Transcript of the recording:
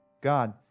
God